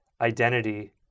identity